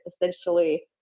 essentially